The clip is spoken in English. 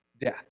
death